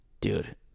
Dude